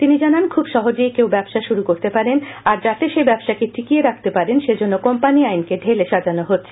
তিনি জানান খুব সহজেই কেউ ব্যবসা শুরু করতে পারেন আর যাতে সেই ব্যবসাকে টিকিয়ে রাখতে পারেন সে জন্য কোম্পানি আইনকে ঢেলে সাজানো হচ্ছে